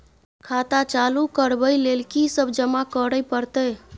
खाता चालू करबै लेल की सब जमा करै परतै?